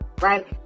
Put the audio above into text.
right